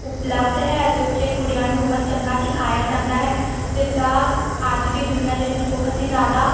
ਉਪਲਬਧ ਹੈ ਅਤੇ ਉੱਥੇ ਕੁੜੀਆਂ ਨੂੰ ਬਹੁਤ ਚੰਗਾ ਸਿਖਾਇਆ ਜਾਂਦਾ ਹੈ ਜਿਸ ਦਾ ਅੱਜ ਦੀ ਦੁਨੀਆ ਦੇ ਵਿੱਚ ਬਹੁਤ ਹੀ ਜ਼ਿਆਦਾ